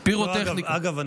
אגב,